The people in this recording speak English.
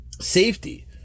Safety